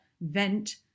vent